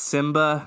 Simba